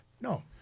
No